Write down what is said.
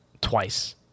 twice